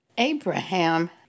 Abraham